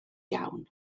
iawn